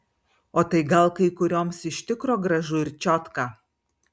o tai gal kai kurioms iš tikro gražu ir čiotka